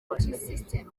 multisystem